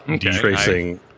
tracing